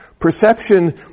Perception